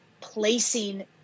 placing